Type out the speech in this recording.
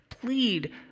Plead